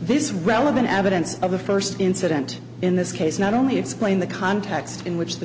this relevant evidence of a first incident in this case not only explain the context in which the